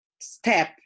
step